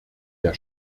der